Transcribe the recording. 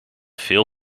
veel